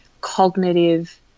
cognitive